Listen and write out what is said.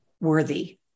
worthy